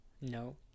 No